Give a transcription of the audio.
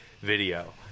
video